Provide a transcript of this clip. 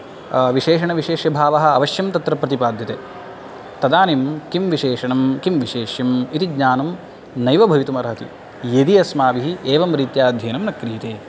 विशेषणविशेष्यभावः अवश्यं तत्र प्रतिपाद्यते तदानीं किं विशेषणं किं विशेष्यम् इति ज्ञानं नैव भवितुम् अर्हति यदि अस्माभिः एवं रीत्या अध्ययनं न क्रियते